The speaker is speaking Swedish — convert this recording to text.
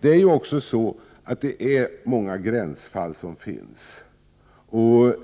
Det finns ju många gränsfall, och 6 §